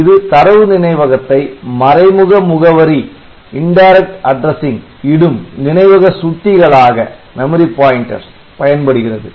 இது தரவு நினைவகத்தை மறைமுக முகவரி இடும் நினைவக சுட்டிகளாக பயன்படுகிறது